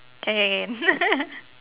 K